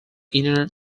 inner